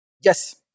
Yes